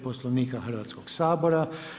Poslovnika Hrvatskoga sabora.